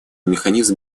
механизм